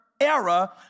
era